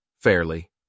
Fairly